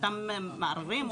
אותם מערערים,